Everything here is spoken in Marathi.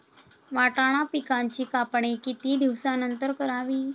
वाटाणा पिकांची कापणी किती दिवसानंतर करावी?